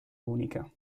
unica